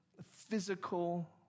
physical